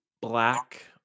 black